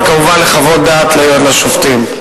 וכמובן לחוות דעת לשופטים.